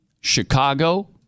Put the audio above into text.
Chicago